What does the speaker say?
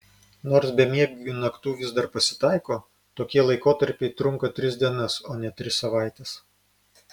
nors bemiegių naktų vis dar pasitaiko tokie laikotarpiai trunka tris dienas o ne tris savaites